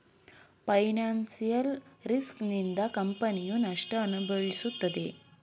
financial risk ನಿಂದ ಕಂಪನಿಯು ನಷ್ಟ ಅನುಭವಿಸುತ್ತೆ